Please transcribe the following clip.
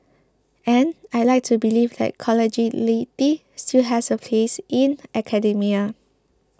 and I'd like to believe that collegiality still has a place in academia